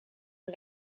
een